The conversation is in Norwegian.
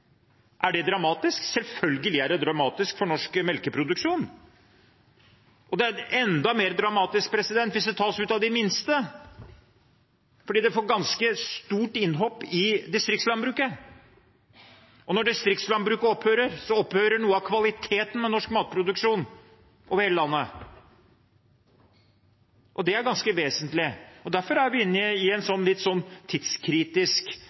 Er det dramatisk? Selvfølgelig er det dramatisk for norsk melkeproduksjon. Det er enda mer dramatisk hvis det tas ut hos de minste, for det gjør et ganske stort innhopp i distriktslandbruket. Og når distriktslandbruket opphører, opphører noe av kvaliteten ved norsk matproduksjon over hele landet. Det er ganske vesentlig. Derfor er vi inne i en